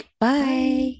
Bye